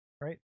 right